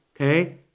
Okay